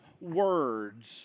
words